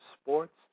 sports